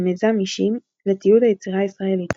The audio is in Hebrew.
במיזם "אישים" לתיעוד היצירה הישראלית